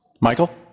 Michael